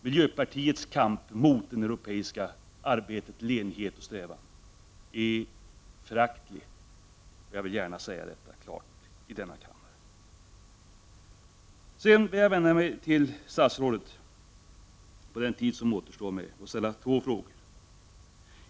Miljöpartiets kamp mot det europeiska arbetet för enighet och strävan är föraktlig — jag vill gärna klart säga detta i denna kammare, Sedan vill jag vända mig till statsrådet och ställa två frågor.